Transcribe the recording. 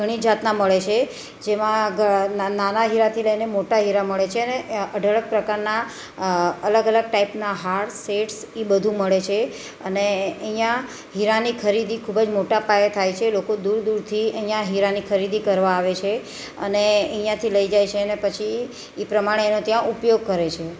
ઘણી જાતના મળે છે જેમાં નાના હીરાથી લઈને મોટા હીરા મળે છે અને અઢળક પ્રકારના અલગ અલગ ટાઈપના હાર સેટ્સ એ બધું મળે છે અને અહીંયાં હીરાની ખરીદી ખૂબ જ મોટા પાયે થાય છે લોકો દૂર દૂરથી અહીંયાં હીરાની ખરીદી કરવા આવે છે અને અહીંયાંથી લઈ જાય છે અને પછી એ પ્રમાણે એનો ત્યાં ઉપયોગ કરે છે